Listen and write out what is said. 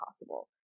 possible